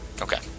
Okay